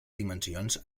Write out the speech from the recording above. dimensions